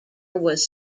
was